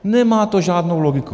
Nemá to žádnou logiku.